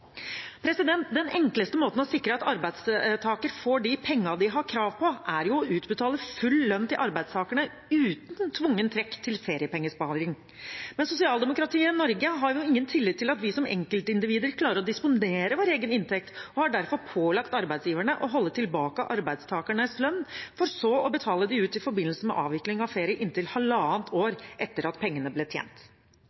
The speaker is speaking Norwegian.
Den enkleste måten for å sikre at arbeidstakere får de pengene de har krav på, er å utbetale full lønn til arbeidstakerne uten tvungent trekk til feriepengesparing. Men sosialdemokratiet Norge har jo ingen tillit til at vi som enkeltindivider klarer å disponere vår egen inntekt, og har derfor pålagt arbeidsgiverne å holde tilbake arbeidstakernes lønn for så å betale den ut i forbindelse med avvikling av ferie inntil halvannet år